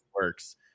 works